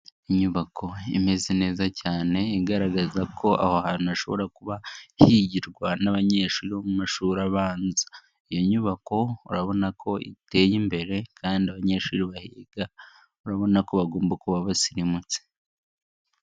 Inyubako imeze neza cyane igaragaza ko aho hantu hashobora kuba higirwa n'abanyeshuri bo mu mashuri abanza. Iyo nyubako urabona ko iteye imbere kandi abanyeshuri bahiga urabona ko bagomba kuba basirimutse.